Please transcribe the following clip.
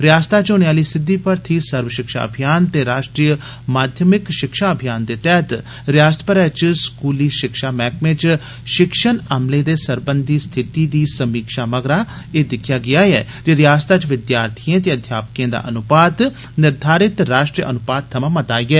रिआसता च होने आह्ली सिद्दी भर्थी सर्व शिक्षा अभियान ते राष्ट्री माध्यमिक शिक्षा अभियान दे तैह्त रिआसत भरै च स्कूली शिक्षा मैह्कमे च शिक्षण अमले दे सरबंधी स्थिति दी समीक्षा मगरा एह् दिक्खेआ गेआ जे रिआसता च विद्यार्थिएं ते अध्यापकें दा अनुपात निर्घारित राष्ट्री अनुपात थमां मता ऐ